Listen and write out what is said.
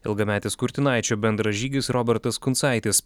ilgametis kurtinaičio bendražygis robertas kuncaitis